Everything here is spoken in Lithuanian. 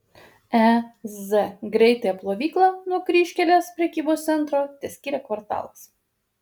e z greitąją plovyklą nuo kryžkelės prekybos centro teskyrė kvartalas